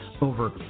over